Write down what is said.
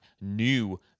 new